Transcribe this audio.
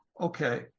Okay